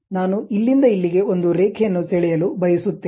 ನಾನು ಇಲ್ಲಿಂದ ಇಲ್ಲಿಗೆ ಒಂದು ರೇಖೆಯನ್ನು ಸೆಳೆಯಲು ಬಯಸುತ್ತೇನೆ